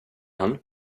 han